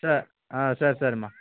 சரி ஆ சரி சரிம்மா